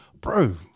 bro